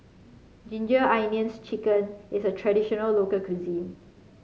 Ginger Onions chicken is a traditional local cuisine